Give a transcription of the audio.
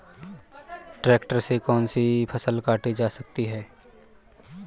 Tractor से कौन सी फसल काटी जा सकती हैं?